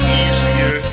easier